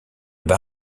bas